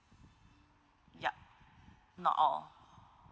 yup not all